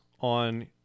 on